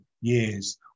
years